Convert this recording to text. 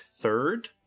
third